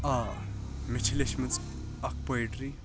آ مےٚ چھِ لیٚچھمٕژ اکھ پوٚیِٹری